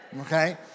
okay